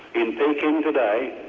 in peking today,